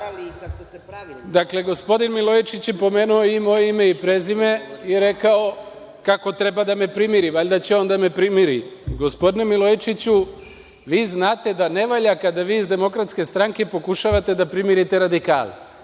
Dakle, gospodin Milojičić je pomenuo moje ime i prezime i rekao kako treba da me primiri. Valjda će on da me primiri. Gospodine Milojičiću, vi znate da ne valja kada vi iz DS pokušavate da primirite radikale.